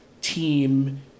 team